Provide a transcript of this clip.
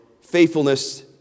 faithfulness